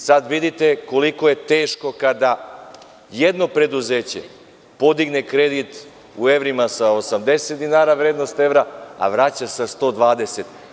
Sada vidite koliko je teško kada jedno preduzeće podigne kredit u evrima sa 80 dinara vrednost evra, a vraća sa 120.